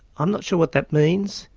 i'm not sure what that means,